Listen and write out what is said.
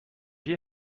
you